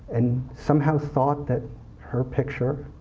and somehow thought that her picture,